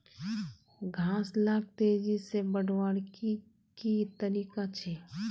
घास लाक तेजी से बढ़वार की की तरीका छे?